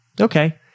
Okay